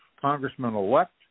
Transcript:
Congressman-elect